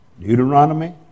Deuteronomy